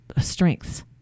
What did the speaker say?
strengths